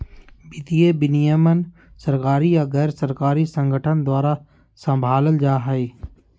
वित्तीय विनियमन सरकारी या गैर सरकारी संगठन द्वारा सम्भालल जा हय